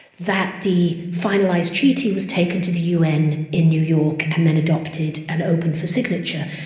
that the finalised treaty was taken to the un in new york and then adopted and open for signature.